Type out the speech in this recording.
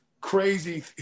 crazy